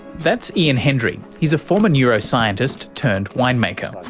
that's ian hendry, he's a former neuroscientist, turned winemaker.